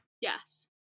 Yes